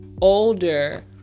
older